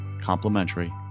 complimentary